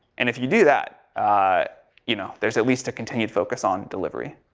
and if you do that you know, there's at least a continued focus on delivery.